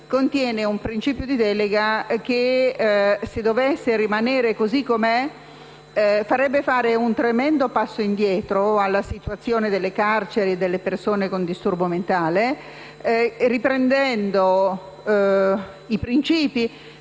Se tale principio dovesse rimanere così come è, farebbe fare un tremendo passo indietro alla situazione delle carceri e delle persone con disturbo mentale, riprendendo i principi